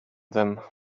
them